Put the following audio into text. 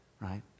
right